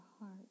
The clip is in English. heart